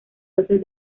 dosis